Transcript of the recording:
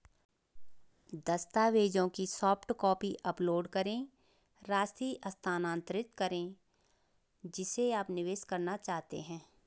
दस्तावेजों की soft copy upload करें, राशि स्थानांतरित करें जिसे आप निवेश करना चाहते हैं